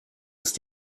ist